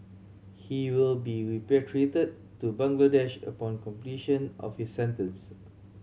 he will be repatriated to Bangladesh upon completion of his sentence